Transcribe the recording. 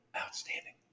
outstanding